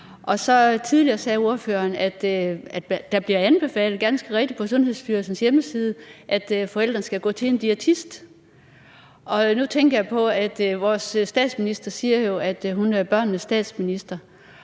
bliver anbefalet på Sundhedsstyrelsens hjemmeside, at forældrene skal gå til en diætist. Nu tænker jeg på, at vores statsminister jo siger, at hun er børnenes statsminister,